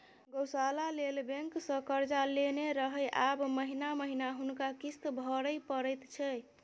गौशाला लेल बैंकसँ कर्जा लेने रहय आब महिना महिना हुनका किस्त भरय परैत छै